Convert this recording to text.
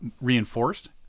reinforced